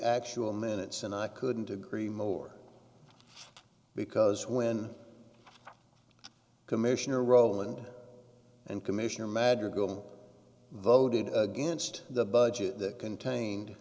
actual minutes and i couldn't agree more because when commissioner rowland and commissioner madrigal voted against the budget that contained